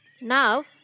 Now